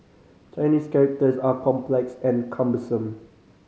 Chinese characters are complex and cumbersome